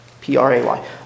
P-R-A-Y